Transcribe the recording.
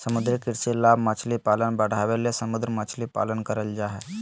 समुद्री कृषि लाभ मछली पालन बढ़ाबे ले समुद्र मछली पालन करल जय हइ